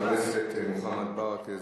חבר הכנסת מוחמד ברכה,